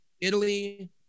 Italy